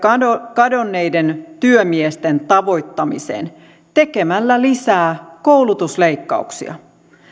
kadonneiden työmiesten tavoittamiseen tekemällä lisää koulutusleikkauksia